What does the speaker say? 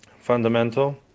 fundamental